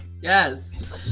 Yes